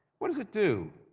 what does it do?